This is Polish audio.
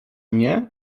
mnie